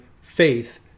faith